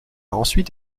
ensuite